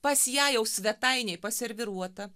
pas ją jau svetainėj paserviruota